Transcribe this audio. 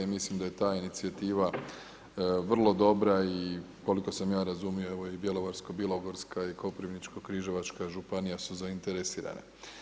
Mislim da je ta inicijativa vrlo dobra i koliko sam ja razumio i Bjelovarsko-bilogorska i Koprivničko-križevačka županija su zainteresirane.